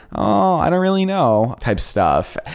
ah i don't really know, type stuff.